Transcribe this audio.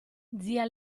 zia